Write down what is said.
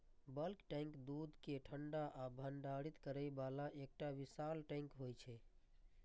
bulk tank दूध कें ठंडा आ भंडारित करै बला एकटा विशाल टैंक होइ छै